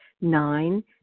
Nine